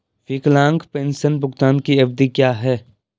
विकलांग पेंशन भुगतान की अवधि क्या है?